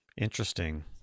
Interesting